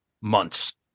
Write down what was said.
months